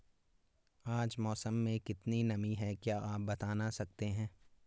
आज मौसम में कितनी नमी है क्या आप बताना सकते हैं?